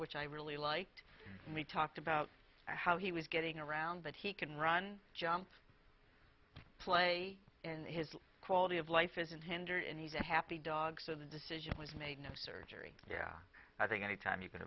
which i really liked and we talked about how he was getting around but he couldn't run jump play and his quality of life isn't hindered and he's a happy dog so the decision was made no surgery yeah i think any time you c